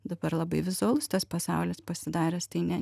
dabar labai vizualus tas pasaulis pasidaręs tai ne